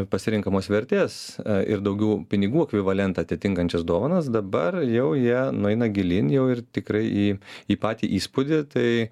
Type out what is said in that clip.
pasirenkamos vertės ir daugiau pinigų ekvivalentą atitinkančias dovanas dabar jau jie nueina gilyn jau ir tikrai į į patį įspūdį tai